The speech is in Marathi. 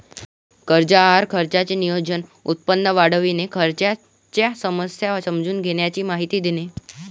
कर्ज आहार खर्चाचे नियोजन, उत्पन्न वाढविणे, खर्चाच्या समस्या समजून घेण्याची माहिती देणे